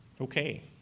Okay